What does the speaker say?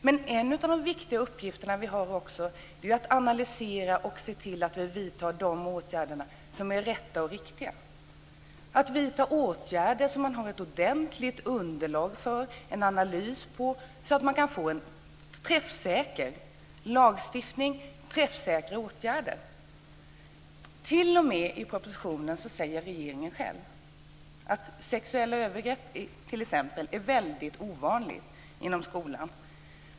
Men en av våra viktiga uppgifter är också att analysera och se till att riktiga åtgärder vidtas. Det gäller att vidta sådana åtgärder för vilka man har ett ordentligt underlag och där det finns en analys, så att man kan få en träffsäker lagstiftning och träffsäkra åtgärder. T.o.m. i propositionen säger regeringen själv att exempelvis sexuella övergrepp är väldigt ovanligt inom skolan.